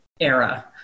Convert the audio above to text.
era